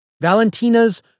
Valentina's